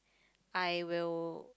I will